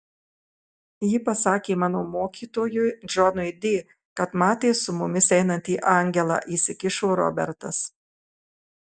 ji pasakė mano mokytojui džonui di kad matė su mumis einantį angelą įsikišo robertas